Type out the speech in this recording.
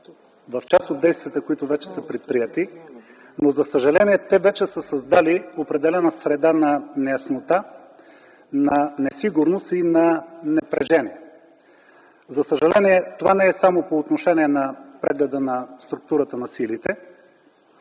в част от действията, които вече са предприети, но за съжаление те вече са създали определена среда на неяснота, на несигурност и на напрежение. За съжаление, това не е само по отношение на прегледа на структурата на силите.